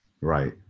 right